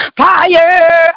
fire